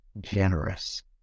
generous